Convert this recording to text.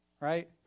right